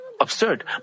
absurd